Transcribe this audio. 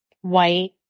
white